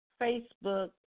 Facebook